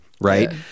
right